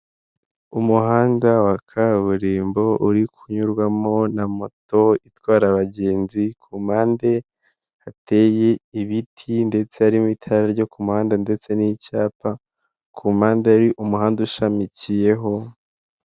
Umuhanda wa kaburimbo uri kunyurwamo na moto itwara abagenzi ku mpande hateye ibiti ndetse harimo itara ryo ku muhanda ndetse n'icyapa ku mpande hari umuhanda ushamikiyeho.